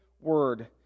Word